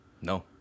no